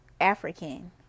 African